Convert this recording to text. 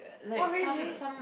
oh really